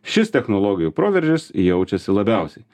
šis technologijų proveržis jaučiasi labiausiai